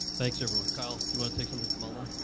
thanks, everyone. kyle, you want to take something from um ah